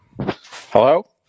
Hello